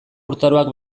urtaroak